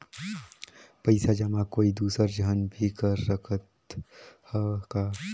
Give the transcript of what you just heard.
पइसा जमा कोई दुसर झन भी कर सकत त ह का?